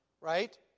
right